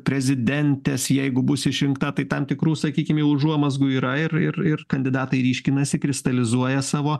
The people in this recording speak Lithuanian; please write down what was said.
prezidentės jeigu bus išrinkta tai tam tikrų sakykim jau užuomazgų yra ir ir ir kandidatai ryškinasi kristalizuoja savo